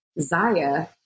Zaya